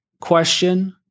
question